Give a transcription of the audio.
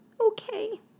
Okay